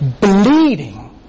bleeding